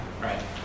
right